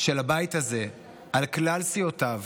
של הבית הזה על כלל סיעותיו